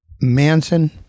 Manson